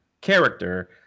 character